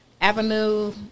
Avenue